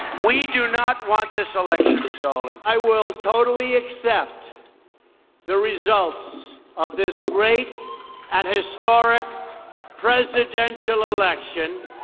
we do not want this election stolen. i will totally accept the results of this great and historic presidential election